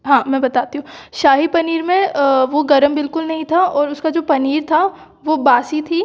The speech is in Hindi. हाँ मैं बताती हूँ शाही पनीर में वो गर्म बिल्कुल नहीं था और उसका जो पनीर था वो बासी था